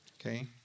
Okay